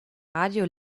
radio